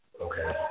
Okay